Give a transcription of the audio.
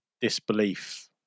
disbelief